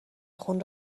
خون